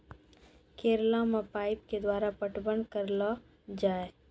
करेला मे पाइप के द्वारा पटवन करना जाए?